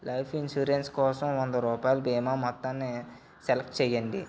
life insurance కోసం వంద రూపాయల బీమా మొత్తాన్ని సెలెక్ట్ చెయ్యండి